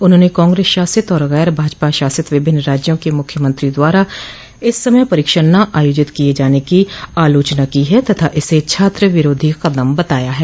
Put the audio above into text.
उन्होंने कांग्रेस शासित और गैर भाजपा शासित विभिन्न राज्यों के मुख्यमंत्रियों द्वारा इस समय परीक्षा न आयोजित किये जाने की आलोचना की है तथा इसे छात्र विरोधी कदम बताया है